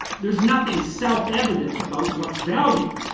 there's nothing self evident about what's value.